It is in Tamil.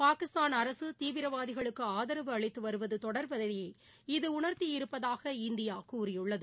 பாகிஸ்தான் அரசு தீவிரவாதிகளுக்கு ஆதரவு அளித்து வருவது தொடர்வதையே இத உணர்த்தியிருப்பதாக இந்தியா கூறியுள்ளது